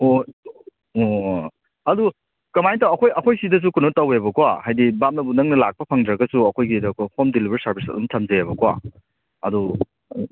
ꯑꯣ ꯑꯣ ꯑꯗꯨ ꯀꯃꯥꯏꯅ ꯇꯧ ꯑꯩꯈꯣꯏ ꯑꯩꯈꯣꯏ ꯁꯤꯗꯁꯨ ꯀꯩꯅꯣ ꯇꯧꯋꯦꯕꯀꯣ ꯍꯥꯏꯗꯤ ꯕꯥꯞꯅꯕꯨ ꯅꯪꯅ ꯂꯥꯛꯄ ꯐꯪꯗ꯭ꯔꯒꯁꯨ ꯑꯩꯈꯣꯏꯒꯤ ꯍꯣꯝ ꯗꯤꯂꯤꯕꯔꯤ ꯁꯥꯔꯕꯤꯁꯁꯨ ꯑꯗꯨꯝ ꯊꯝꯖꯩꯑꯕꯀꯣ ꯑꯗꯣ